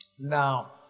Now